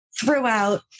throughout